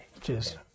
Cheers